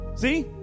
See